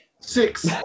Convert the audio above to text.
Six